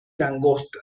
langosta